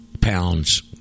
pounds